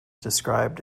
described